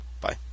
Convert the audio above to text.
Bye